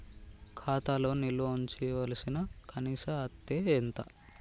ఖాతా లో నిల్వుంచవలసిన కనీస అత్తే ఎంత?